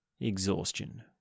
exhaustion